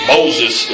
Moses